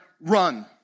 Run